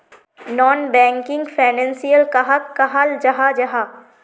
Non banking financial कहाक कहाल जाहा जाहा?